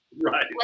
Right